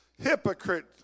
hypocrite